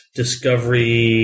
discovery